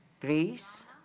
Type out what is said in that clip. Greece